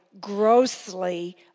grossly